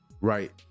Right